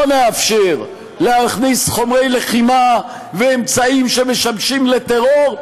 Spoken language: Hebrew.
לא נאפשר להכניס חומרי לחימה ואמצעים שמשמשים לטרור,